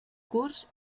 curts